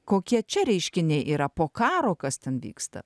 kokie čia reiškiniai yra po karo kas ten vyksta